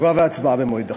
תשובה והצבעה במועד אחר.